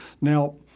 Now